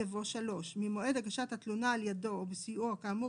יבוא: "(3) ממועד הגשת התלונה על ידו או בסיועו כאמור